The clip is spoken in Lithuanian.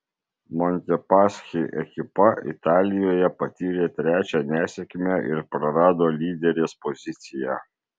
montepaschi ekipa italijoje patyrė trečią nesėkmę ir prarado lyderės poziciją